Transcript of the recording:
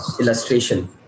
illustration